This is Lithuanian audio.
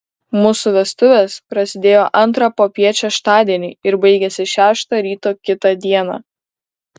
mūsų vestuvės prasidėjo antrą popiet šeštadienį ir baigėsi šeštą ryto kitą dieną